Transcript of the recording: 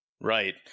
Right